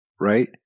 right